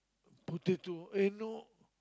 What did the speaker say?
potato eh no